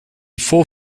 faut